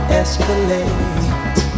escalate